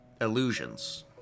illusions